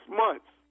months